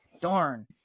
Darn